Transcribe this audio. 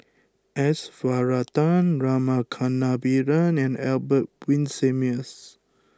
S Varathan Rama Kannabiran and Albert Winsemius